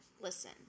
listen